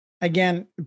again